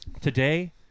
today